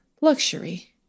luxury